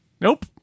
Nope